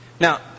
Now